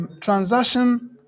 transaction